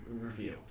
review